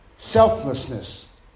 selflessness